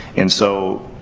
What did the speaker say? and so,